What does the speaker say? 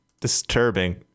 disturbing